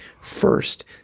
first